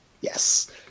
Yes